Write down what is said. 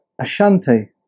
Ashanti